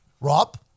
Rob